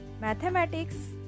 Mathematics